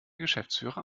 geschäftsführer